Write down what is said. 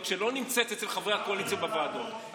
שלא נמצאת אצל חברי הקואליציה בוועדות.